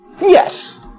yes